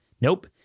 Nope